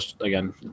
again